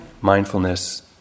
mindfulness